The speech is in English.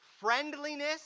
Friendliness